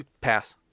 Pass